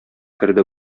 керде